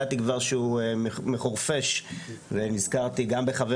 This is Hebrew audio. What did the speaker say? ידעתי כבר שהוא מחורפיש ונזכרתי גם בחבר